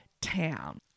town